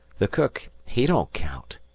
the cook he don't count.